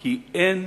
כי אין